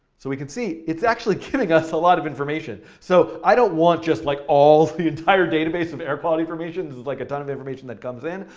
so we can see it's actually killing us a lot of information. so i don't want just, like, all the entire database of air quality information. this is like a ton of information that comes in.